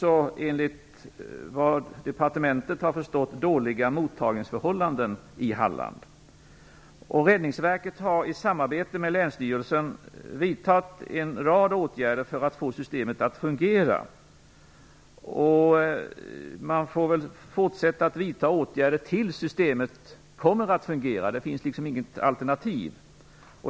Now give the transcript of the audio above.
Enligt vad departementet har förstått är mottagningsförhållandena dåliga i Halland. Räddningsverket har i samarbete med länsstyrelsen vidtagit en rad åtgärder för att få systemet att fungera. Man får väl fortsätta att vidta åtgärder tills systemet fungerar. Det finns inget alternativ.